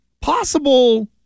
possible